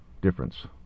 difference